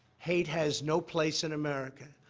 hate has no place in america.